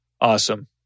Awesome